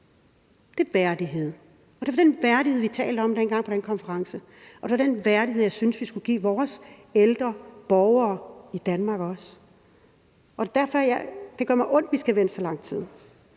Det er værdighed, og det er den værdighed, vi talte om dengang på den konference, og det er den værdighed, jeg synes vi skulle give vores ældre borgere i Danmark også. Derfor gør det mig ondt, at vi skal vente så lang tid,